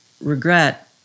regret